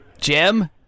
Jim